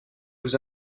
vous